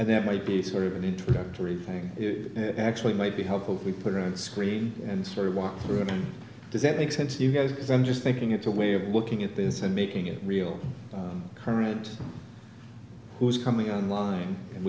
and that might be sort of an introductory thing it actually might be helpful if we put it on screen and sort of walk through it does that make sense to you guys because i'm just thinking it's a way of looking at this and making it real current who is coming on line and